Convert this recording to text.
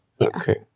Okay